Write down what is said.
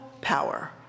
power